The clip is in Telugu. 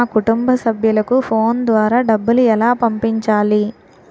నా కుటుంబ సభ్యులకు ఫోన్ ద్వారా డబ్బులు ఎలా పంపించాలి?